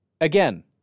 Again